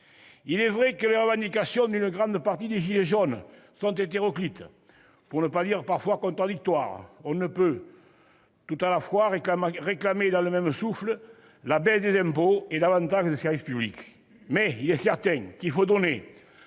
Il est vrai que les revendications d'une grande partie des « gilets jaunes » sont hétéroclites, pour ne pas dire parfois contradictoires. On ne peut pas réclamer dans le même souffle la baisse des impôts et davantage de services publics. Mais il est certain qu'il faut donner